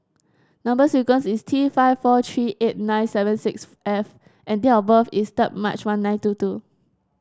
number sequence is T five four three eight nine seven six F and date of birth is third March one nine two two